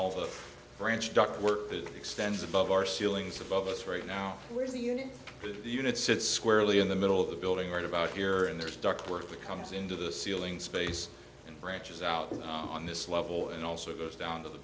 all the branch duct work that extends above our ceilings above us right now to the unit sits squarely in the middle of the building right about here and there's duct work that comes into the ceiling space and branches out on this level and also goes down to the